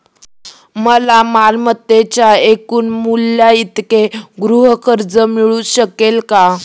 मला मालमत्तेच्या एकूण मूल्याइतके गृहकर्ज मिळू शकेल का?